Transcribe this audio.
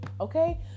okay